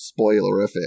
spoilerific